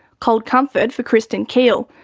cold comfort for kristyn keall.